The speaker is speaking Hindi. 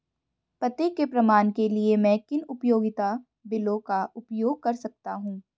पते के प्रमाण के लिए मैं किन उपयोगिता बिलों का उपयोग कर सकता हूँ?